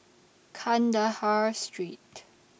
Kandahar Street